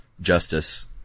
justice